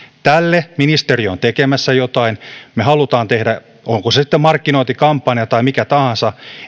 tälle ministeriö on tekemässä jotain ja me haluamme onko se sitten markkinointikampanja tai mikä tahansa